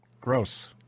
Gross